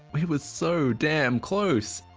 we were so damn close!